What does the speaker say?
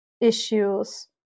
issues